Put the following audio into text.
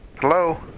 Hello